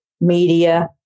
media